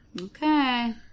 Okay